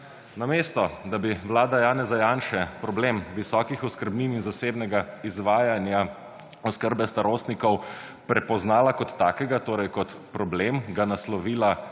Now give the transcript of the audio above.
Namesto, da bi vlada Janeza janše problem visokih oskrbnin in zasebnega izvajanja oskrbe starostnikov prepoznala kot takega, torej kot problem, 76.